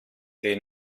der